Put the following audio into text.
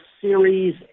series